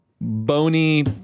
bony